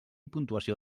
puntuació